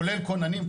כולל כוננים,